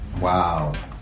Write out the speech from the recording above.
Wow